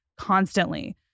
constantly